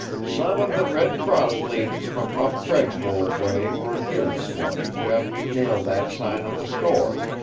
some of the red cross ladies from up craigswold way were here this morning, to have me nail that sign on the store,